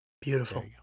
beautiful